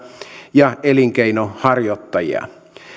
ja elinkeinonharjoittajia